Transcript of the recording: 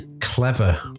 clever